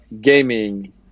gaming